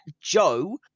Joe